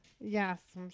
Yes